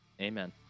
Amen